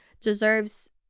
deserves